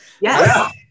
Yes